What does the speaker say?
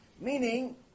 Meaning